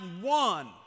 one